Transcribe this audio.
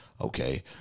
okay